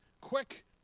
quick